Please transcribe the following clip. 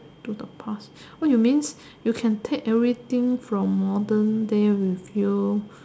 to the past what you means you can take everything from modern day with you